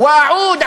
בבקשה.